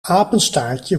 apenstaartje